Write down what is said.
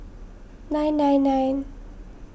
nine nine nine